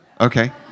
Okay